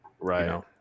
Right